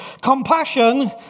Compassion